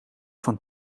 van